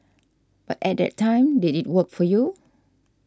but at that time did it work for you